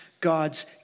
God's